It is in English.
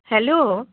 hello